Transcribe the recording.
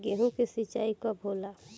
गेहूं के सिंचाई कब होला?